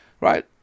right